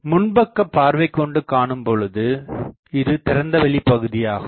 முன்பக்க பார்வை கொண்டுகாணும்பொழுது இது திறந்தவெளி பகுதியாகும்